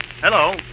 Hello